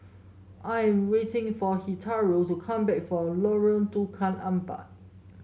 I am waiting for Hilario to come back from Lorong Tukang Empat